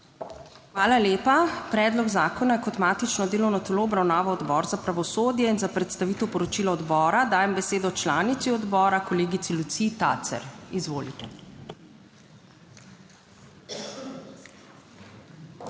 Hvala lepa. Predlog zakona je kot matično delovno telo obravnaval Odbor za pravosodje in za predstavitev poročila odbora dajem besedo članici odbora, kolegici Luciji Tacer. Izvolite.